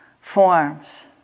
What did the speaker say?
forms